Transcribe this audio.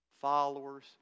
followers